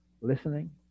listening